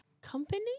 Company